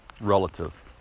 relative